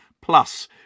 plus